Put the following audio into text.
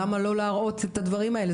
למה לא להראות את הדברים האלה?